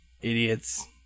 Idiots